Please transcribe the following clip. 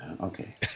Okay